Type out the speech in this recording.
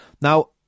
Now